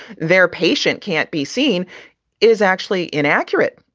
their patient can't be seen is actually inaccurate.